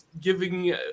giving